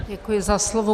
Děkuji za slovo.